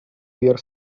year